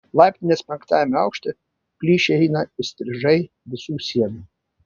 laiptinės penktajame aukšte plyšiai eina įstrižai visų sienų